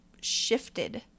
shifted